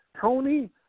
Tony